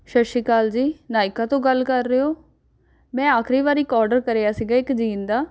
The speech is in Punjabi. ਸਤਿ ਸ਼੍ਰੀ ਅਕਾਲ ਜੀ ਨਾਇਕਾ ਤੋਂ ਗੱਲ ਕਰ ਰਹੇ ਹੋ ਮੈਂ ਆਖਰੀ ਵਾਰ ਇੱਕ ਆਰਡਰ ਕਰਿਆ ਸੀ ਇੱਕ ਜੀਨ ਦਾ